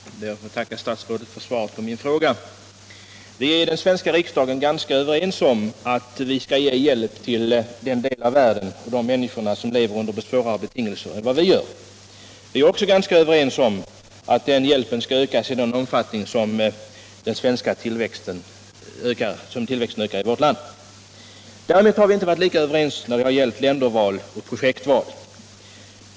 Herr talman! Jag ber att få tacka herr statsrådet för svaret på min Vi är i den svenska riksdagen ganska överens om att vi skall ge hjälp till människorna i den del av världen, där man lever under svårare betingelser än vad vi gör. Vi är också ganska överens om att den hjälpen skall ökas i den omfattning som tillväxten i vårt land ökar. Däremot har vi inte varit lika överens när det gällt länderval och projektval.